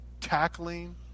tackling